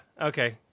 okay